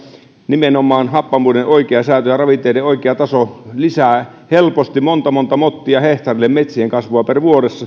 nimenomaan happamuuden oikea säätö ja ravinteiden oikea taso lisäävät helposti monta monta mottia hehtaarille metsien kasvua per vuosi ja